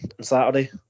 Saturday